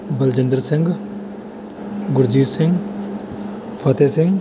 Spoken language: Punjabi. ਬਲਜਿੰਦਰ ਸਿੰਘ ਗੁਰਜੀਤ ਸਿੰਘ ਫਤਿਹ ਸਿੰਘ